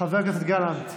חבר הכנסת גלנט,